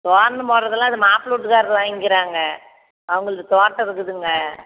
தோரணம் போடுறதெல்லாம் அது மாப்பிளை வீட்டுக்காரர் வாங்கிக்கிறாங்க அவர்களது தோட்டம் இருக்குதுங்க